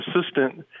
assistant